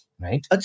Right